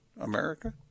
America